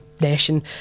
nation